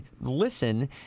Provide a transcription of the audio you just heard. listen